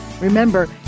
Remember